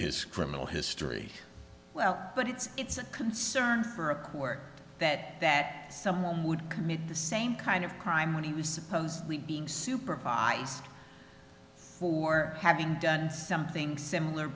his criminal history well but it's it's a concern for a quirk that that someone would commit the same kind of crime when he was supposed to supervise or having done something similar